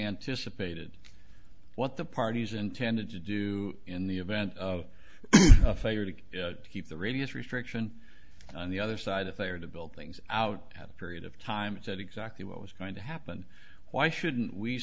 anticipated what the parties intended to do in the event of a failure to keep the radius restriction on the other side if they are to build things out at a period of time it said exactly what was going to happen why shouldn't we